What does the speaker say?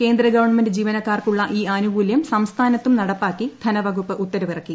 കേന്ദ്ര ഗവൺമെന്റ് ജീവനക്കാർക്കുള്ള ഈ ആനുകൂല്യം സംസ്ഥാനത്തും നടപ്പാക്കി ധനവകുപ്പ് ഉത്തരവിറക്കി